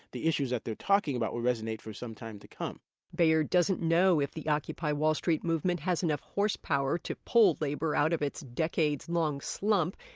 the issues that they're talking about will resonate for some time to come bayard doesn't know if the occupy wall street movement has enough horsepower to pull labor out of its decades-long slump.